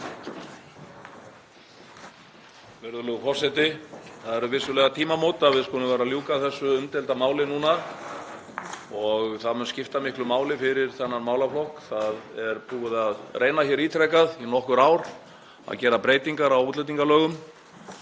Það eru vissulega tímamót að við skulum vera að ljúka þessu umdeilda máli núna og það mun skipta miklu máli fyrir þennan málaflokk. Það er búið að reyna hér ítrekað í nokkur ár að gera breytingar á útlendingalögum.